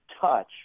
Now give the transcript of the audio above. Touch